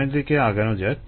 সামনের দিকে আগানো যাক